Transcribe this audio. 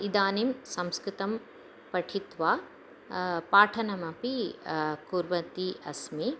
इदानीं संस्कृतं पठित्वा पाठनमपि कुर्वती अस्मि